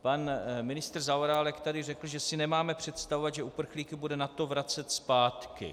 Pan ministr Zaorálek tady řekl, že si nemáme představovat, že uprchlíky bude NATO vracet zpátky.